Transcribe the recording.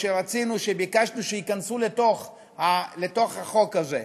שביקשנו שייכנסו לתוך החוק הזה.